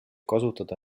kasutada